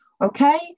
okay